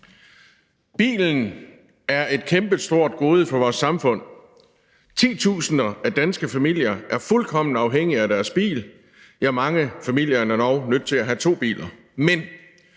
Bilen er et kæmpestort gode for vores samfund. Titusinder af danske familier er fuldkommen afhængige af deres bil, ja, mange familier er endog nødt til at have to biler.